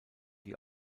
die